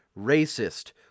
racist